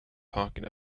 talking